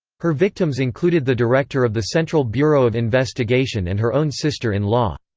her victims included the director of the central bureau of investigation and her own sister-in-law.